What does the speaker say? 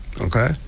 Okay